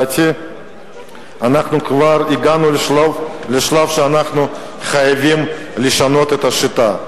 אנחנו כבר הגענו לשלב שאנחנו חייבים לשנות את השיטה.